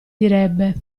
direbbe